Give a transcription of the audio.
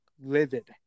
livid